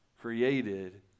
created